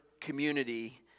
community